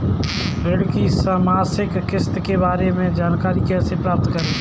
ऋण की मासिक किस्त के बारे में जानकारी कैसे प्राप्त करें?